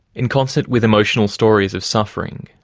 in concert with emotional stories of suffering,